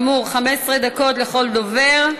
כאמור, 15 דקות לכל דובר.